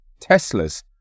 Teslas